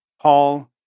Paul